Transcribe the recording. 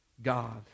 God